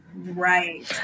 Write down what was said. right